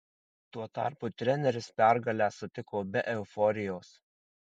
tuo tarpu treneris pergalę sutiko be euforijos